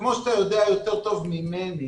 וכמו שאתה יודע יותר טוב ממני,